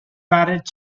barrett